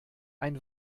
ein